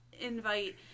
invite